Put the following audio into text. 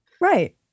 right